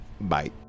Bye